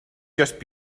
just